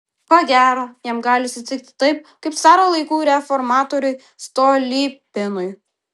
ko gero jam gali atsitikti taip kaip caro laikų reformatoriui stolypinui